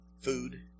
Food